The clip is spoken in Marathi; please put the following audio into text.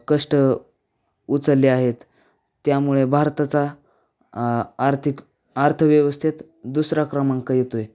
कष्ट उचलले आहेत त्यामुळे भारताचा आर्थिक अर्थव्यवस्थेत दुसरा क्रमांक येतो आहे